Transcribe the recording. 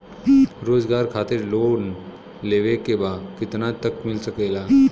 रोजगार खातिर लोन लेवेके बा कितना तक मिल सकेला?